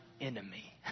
enemy